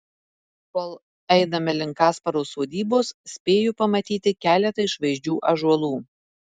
kol einame link kasparo sodybos spėju pamatyti keletą išvaizdžių ąžuolų